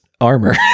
armor